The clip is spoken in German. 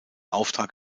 auftrag